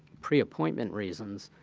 pre-appointment reasons,